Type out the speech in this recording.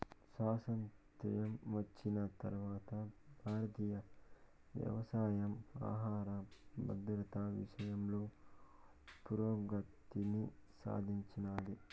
స్వాతంత్ర్యం వచ్చిన తరవాత భారతీయ వ్యవసాయం ఆహర భద్రత విషయంలో పురోగతిని సాధించినాది